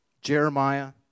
Jeremiah